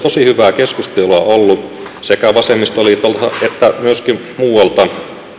tosi hyvää keskustelua ollut sekä vasemmistoliitolta että myöskin muualta